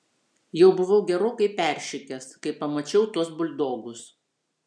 jau buvau gerokai peršikęs kai pamačiau tuos buldogus